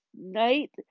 night